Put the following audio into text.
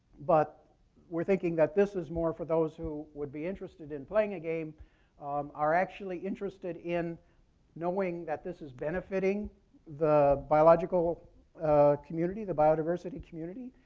but we're thinking that this is more for those who would be interested in playing a game are actually interested in knowing that this is benefiting the biological community, the biodiversity community,